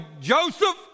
Joseph